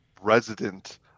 resident